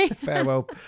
Farewell